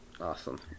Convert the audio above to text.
Awesome